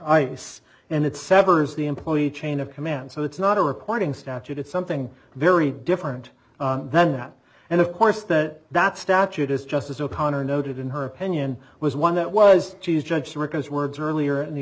ice and it severs the employee chain of command so it's not a recording statute it's something very different than that and of course that that statute is justice o'connor noted in her opinion was one that was chief judge to recuse words earlier in the